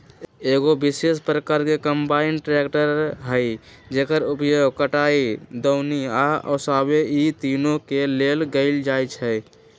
एगो विशेष प्रकार के कंबाइन ट्रेकटर हइ जेकर उपयोग कटाई, दौनी आ ओसाबे इ तिनों के लेल कएल जाइ छइ